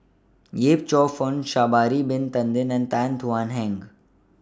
Yip Cheong Fun Sha'Ari Bin Tadin and Tan Thuan Heng